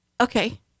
okay